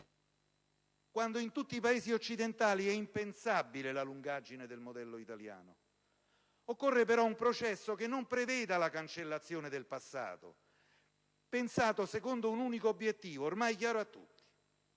che in tutti Paesi occidentali è impensabile la lungaggine del modello italiano. Occorre, però, un processo che non preveda la cancellazione del passato, pensato secondo un unico obiettivo, ormai chiaro a tutti.